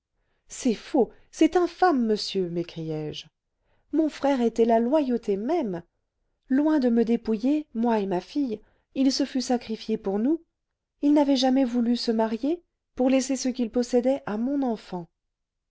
c'est faux c'est infâme monsieur m'écriai-je mon frère était la loyauté même loin de me dépouiller moi et ma fille il se fût sacrifié pour nous il n'avait jamais voulu se marier pour laisser ce qu'il possédait à mon enfant